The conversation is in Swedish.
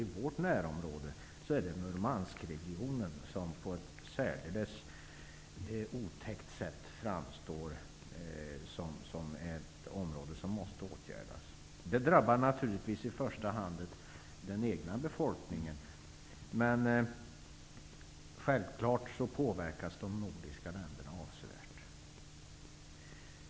I vårt närområde framstår Murmanskregionen på ett särdeles otäckt sätt som ett område som måste åtgärdas. Bristfälligheterna drabbar naturligtvis i första hand den egna befolkningen, men självklart påverkas också de nordiska länderna avsevärt.